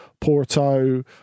Porto